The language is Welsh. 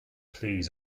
plîs